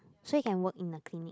so you can work in a clinic